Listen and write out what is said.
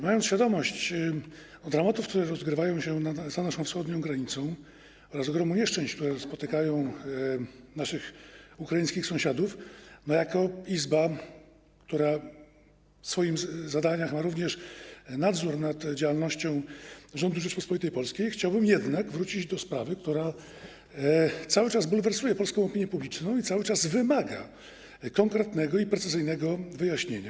Mając świadomość dramatów, które rozgrywają się za naszą wschodnią granicą, oraz ogromu nieszczęść, które spotykają naszych ukraińskich sąsiadów, my jako Izba, która w swoich zadaniach ma również nadzór nad działalnością rządu Rzeczypospolitej Polskiej, chcielibyśmy wrócić do sprawy, która cały czas bulwersuje polską opinię publiczną i wymaga konkretnego i precyzyjnego wyjaśnienia.